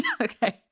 Okay